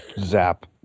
zap